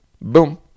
Boom